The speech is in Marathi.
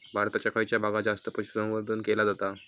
भारताच्या खयच्या भागात जास्त पशुसंवर्धन केला जाता?